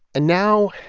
and now,